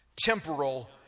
Temporal